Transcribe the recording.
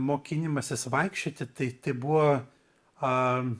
mokinimasis vaikščioti tai tai buvo a